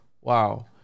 wow